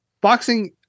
Boxing